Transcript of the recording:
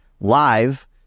live